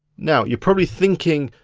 now you're probably thinking,